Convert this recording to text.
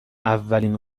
اولین